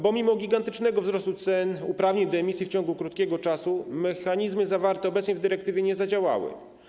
Bo mimo gigantycznego wzrostu cen uprawnień do emisji w ciągu krótkiego czasu mechanizmy zawarte obecnie w dyrektywie nie zadziałały.